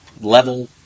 level